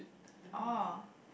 oh